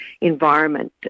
environment